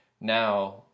now